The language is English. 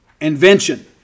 invention